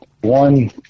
one